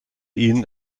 ihnen